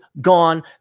gone